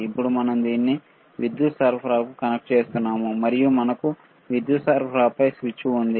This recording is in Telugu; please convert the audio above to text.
ఇప్పుడు మనం దీనిని విద్యుత్ సరఫరాకు కనెక్ట్ చేస్తున్నాము మరియు మానకు విద్యుత్ సరఫరాపై స్విచ్ ఉంది